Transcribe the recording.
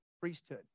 priesthood